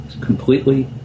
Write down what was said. completely